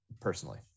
personally